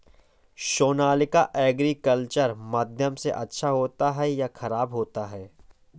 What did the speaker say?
Sonalika agriculture माध्यम से अच्छा होता है या ख़राब होता है?